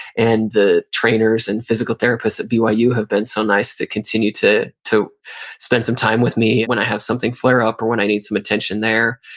and the trainers and physical therapists at byu have been so nice to continue to to spend some time with me when i have something flare up or when i need some attention there.